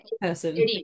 person